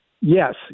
Yes